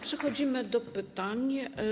Przechodzimy do pytań.